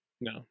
No